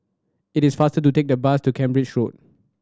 it is faster to take a bus to Cambridge Road